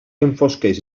enfosqueix